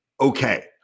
okay